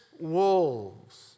wolves